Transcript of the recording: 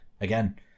again